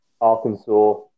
Arkansas